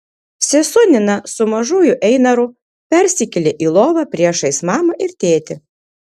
sesuo nina su mažuoju einaru persikėlė į lovą priešais mamą ir tėtį